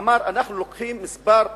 אמר: אנחנו לוקחים כמה מכללות,